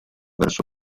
verso